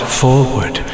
forward